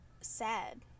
sad